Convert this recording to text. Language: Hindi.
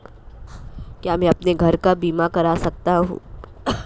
क्या मैं अपने घर का बीमा करा सकता हूँ?